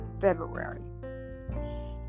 February